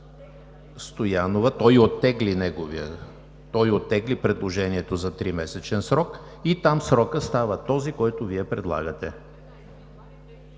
Стоянова.) Той оттегли предложението за тримесечен срок и там срокът става този, който Вие предлагате